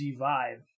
vibe